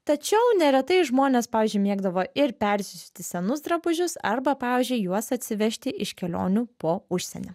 tačiau neretai žmonės pavyzdžiui mėgdavo ir persisiūti senus drabužius arba pavyzdžiui juos atsivežti iš kelionių po užsienį